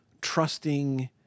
trusting